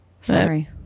Sorry